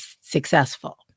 successful